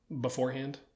beforehand